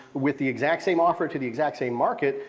with the exact same offer to the exact same market,